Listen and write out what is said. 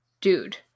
dude